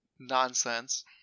nonsense